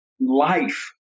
life